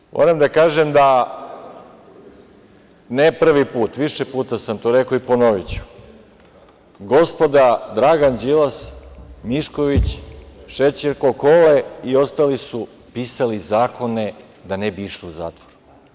Međutim, moram da kažem da, ne prvi put, više puta sam to rekao i ponoviću, gospoda Dragan Đilas, Mišković, šećerko Kole i ostali su pisali zakone da ne bi išli u zatvor.